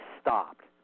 stopped